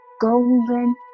golden